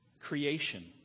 creation